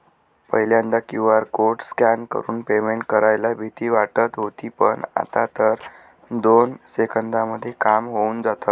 पहिल्यांदा QR code scan करून payment करायला भीती वाटत होती पण, आता तर दोन सेकंदांमध्ये काम होऊन जातं